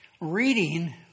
reading